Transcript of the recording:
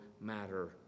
matter